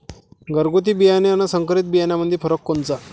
घरगुती बियाणे अन संकरीत बियाणामंदी फरक कोनचा?